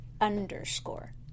Underscore